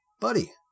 buddy